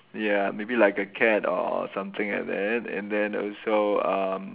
ya maybe like a cat or something like that and then also um